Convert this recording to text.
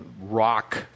rock